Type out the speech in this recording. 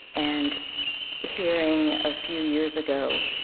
and hearing a few years ago,